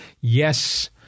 Yes